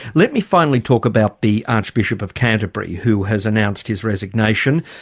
let me finally talk about the archbishop of canterbury who has announced his resignation.